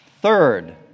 Third